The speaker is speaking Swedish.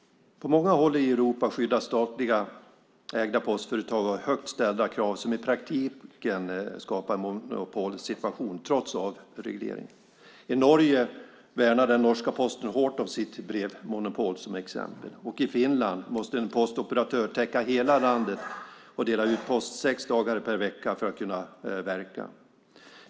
På många håll inom EU skyddas statligt ägda postföretag av högt ställda krav som i praktiken skapar en monopolsituation trots avreglering. I Norge, som ett exempel, värnar den norska Posten hårt om sitt brevmonopol. I Finland måste en postoperatör täcka hela landet och dela ut post sex dagar per vecka för att verka.